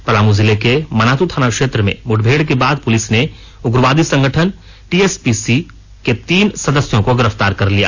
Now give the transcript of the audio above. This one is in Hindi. पलामू जिलें के मनातू थाना क्षेत्र में मुठभेड़ के बाद पूलिस ने उग्रावादी संगठन टीएसपीसी के तीन सदस्यों को गिरफ्तार कर लिया